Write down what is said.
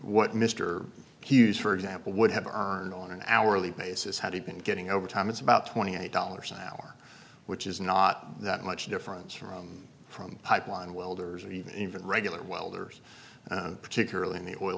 what mr hughes for example would have earned on an hourly basis had he been getting overtime it's about twenty eight dollars an hour which is not that much difference from from pipeline welders or even regular welders particularly in the oil